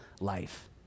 life